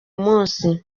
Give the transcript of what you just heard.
munsi